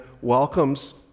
welcomes